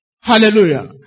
Hallelujah